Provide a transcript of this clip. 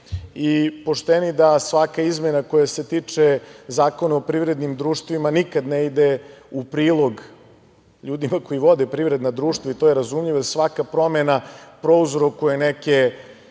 i pošteni da svaka izmena koja se tiče Zakona o privrednim društvima nikad ne ide u prilog ljudima koji vode privredna društva i to je razumljivo, jer svaka svaka promene prouzrokuje neke